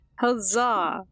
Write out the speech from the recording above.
Huzzah